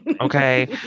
Okay